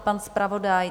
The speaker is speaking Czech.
Pan zpravodaj?